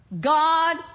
God